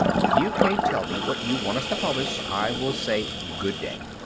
if you can't tell me what you want us to publish, i will say good-day.